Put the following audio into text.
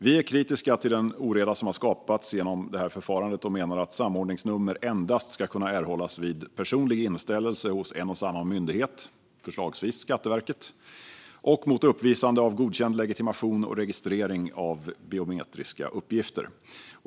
Vi är kritiska till den oreda som skapats genom detta förfarande och menar att samordningsnummer endast ska kunna erhållas vid personlig inställelse hos en och samma myndighet, förslagsvis Skatteverket, och mot uppvisande av godkänd legitimation och registrering av biometriska uppgifter.